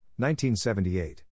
1978